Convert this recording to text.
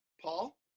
Paul